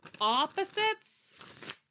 opposites